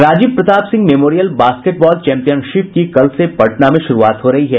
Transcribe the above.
Rajiv Pratap Singh memorial basketball championship की कल से पटना में शुरूआत हो रही है